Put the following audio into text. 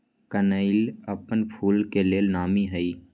कनइल अप्पन फूल के लेल नामी हइ